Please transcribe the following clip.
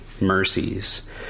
mercies